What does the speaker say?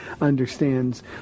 understands